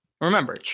Remember